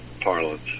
parlance